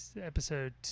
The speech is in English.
episode